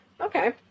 Okay